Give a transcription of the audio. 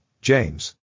James